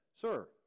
Sir